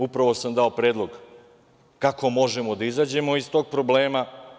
Upravo sam dao predlog kako možemo da izađemo iz tog problema.